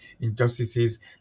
injustices